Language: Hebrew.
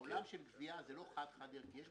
העולם של גבייה הוא לא חד-חד ערכי.